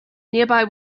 nearby